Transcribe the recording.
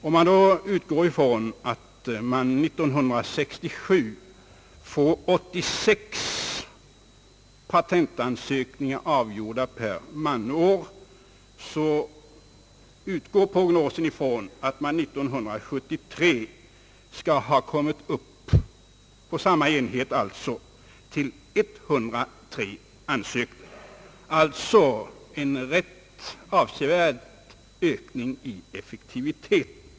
Om man utgår ifrån att man 1967 fick 86 patentansökningar avgjorda per man-år, räknar prognosen med att man 1973 har kommit upp till 103 ansökningar per man-år, en avsevärd ökning i effektivitet.